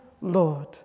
Lord